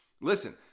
listen